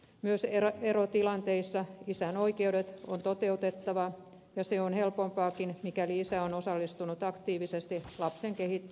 myös erotilanteissa isän oikeudet on toteutettava ja se on helpompaakin mikäli isä on osallistunut aktiivisesti lapsen kehitykseen ja elämään